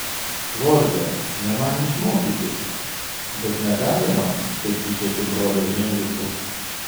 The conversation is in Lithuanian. lorde ne man jus mokyti bet negalima taip tikėti broliu heinrichu